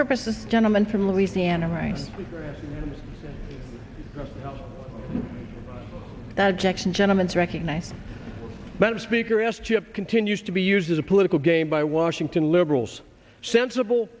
purpose the gentleman from louisiana right now that connection gentlemen to recognize better speaker s chip continues to be used as a political game by washington liberals sensible